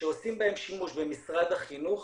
שעושים בהן שימוש במשרד החינוך